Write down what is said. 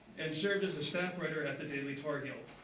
and served as a staff writer at the daily tar heel.